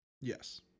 Yes